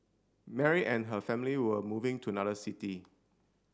Mary and her family were moving to another city